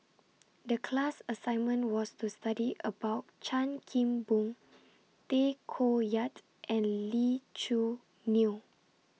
The class assignment was to study about Chan Kim Boon Tay Koh Yat and Lee Choo Neo